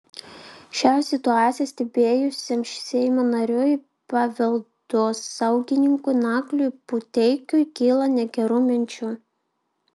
šią situaciją stebėjusiam seimo nariui paveldosaugininkui nagliui puteikiui kyla negerų minčių